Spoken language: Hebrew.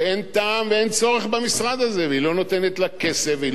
והיא לא נותנת לו כסף והיא לא נותנת סמכויות למשרד הזה.